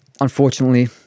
Unfortunately